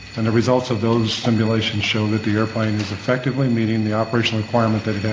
and the results of those simulations show that the airplane is effectively meeting the operational requirement that it